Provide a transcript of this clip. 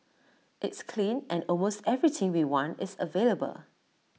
it's clean and almost everything we want is available